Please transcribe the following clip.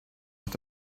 noch